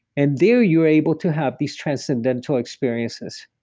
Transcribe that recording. and there, you're able to have these transcendental experiences.